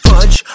Fudge